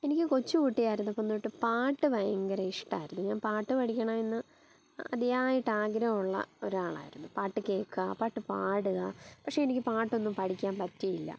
എനിക്ക് കൊച്ച് കുട്ടിയായിരുന്നപ്പം തൊട്ട് പാട്ട് ഭയങ്കര ഇഷ്ടമായിരുന്നു ഞാൻ പാട്ട് പഠിക്കണം എന്ന് അതിയായിട്ട് ആഗ്രഹമുള്ള ഒരാളായിരുന്നു പാട്ട് കേൾക്കുക പാട്ട് പാടുക പക്ഷേ എനിക്ക് പാട്ടൊന്നും പഠിക്കാൻ പറ്റിയില്ല